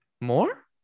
more